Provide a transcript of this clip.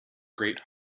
great